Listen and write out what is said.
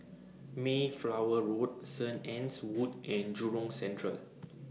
Mayflower Road Saint Anne's Wood and Jurong Central